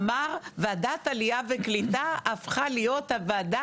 אמר שוועדת העלייה והקליטה הפכה להיות הוועדה